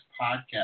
Podcast